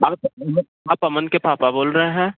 आप अम आप अमन के पापा बोल रहे हैं